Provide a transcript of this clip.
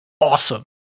awesome